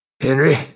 Henry